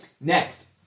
Next